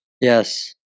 Yes